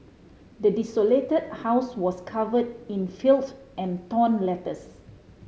the desolated house was covered in filth and torn letters